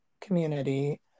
community